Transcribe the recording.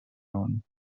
own